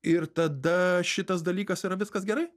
ir tada šitas dalykas yra viskas gerai